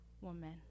woman